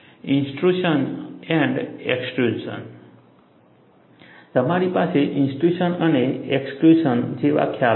intrusion and extrusion તમારી પાસે intrusion and extrusion જેવા ખ્યાલો છે